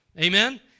Amen